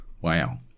wow